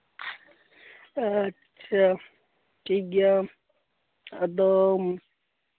ᱟᱪᱪᱷᱟ ᱴᱷᱤᱠ ᱜᱮᱭᱟ ᱟᱫᱚ